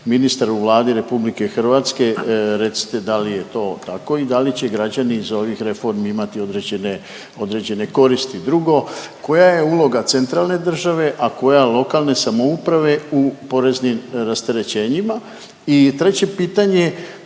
ministar u Vladi Republike Hrvatske recite da li je to tako i da li će građani iz ovih reformi imati određene koristi. Drugo, koja je uloga centralne države, a koja lokalne samouprave u poreznim rasterećenjima. I treće pitanje da